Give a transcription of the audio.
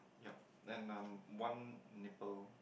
yeap and um one nipple